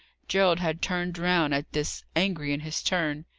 gerald had turned round at this, angry in his turn,